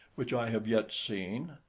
which i have yet seen,